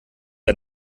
ein